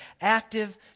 active